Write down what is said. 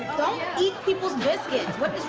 eat people's biscuits! what